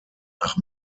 nach